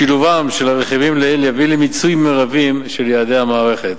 שילובם של הרכיבים הללו יביא למיצוי מרבי של יעדי המערכת: